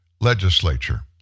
legislature